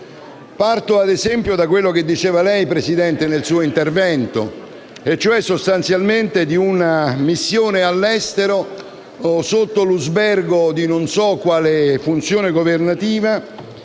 Parto, ad esempio, da quello che diceva lei, Presidente, nel suo intervento e cioè sostanzialmente di una missione all'estero sotto l'usbergo di non so quale funzione governativa,